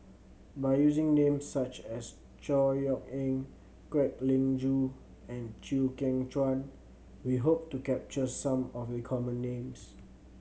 by using names such as Chor Yeok Eng Kwek Leng Joo and Chew Kheng Chuan we hope to capture some of the common names